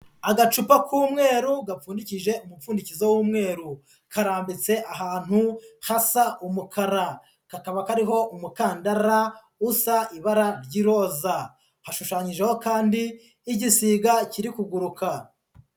Agacupa k'umweru gapfundikije umupfundikizo w'umweru. Karambitse ahantu hasa umukara. Kakaba kariho umukandara usa ibara ry'iroza. Hashushanyijeho kandi igisiga kiri kuguruka.